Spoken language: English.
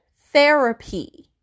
therapy